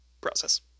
Process